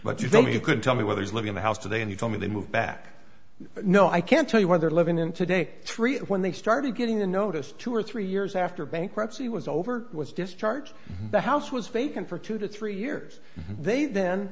but you know you could tell me whether he's living in a house today and he told me to move back no i can't tell you where they're living in today three when they started getting the notice two or three years after bankruptcy was over was discharged the house was fake and for two to three years they then